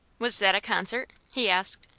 was that a concert? he asked.